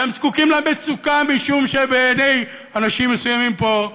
והם זקוקים למצוקה, משום שבעיני אנשים מסוימים פה,